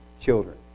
children